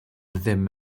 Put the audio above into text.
ddim